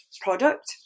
product